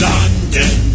London